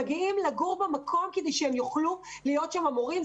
מגיעים לגור במקום כדי שהם יוכלו להיות שם מורים.